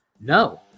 no